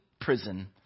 prison